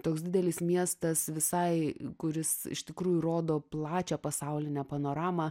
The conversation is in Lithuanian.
toks didelis miestas visai kuris iš tikrųjų rodo plačią pasaulinę panoramą